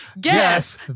guess